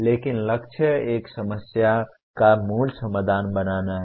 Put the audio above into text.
लेकिन लक्ष्य एक समस्या का मूल समाधान बनाना है